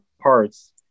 parts